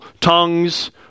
tongues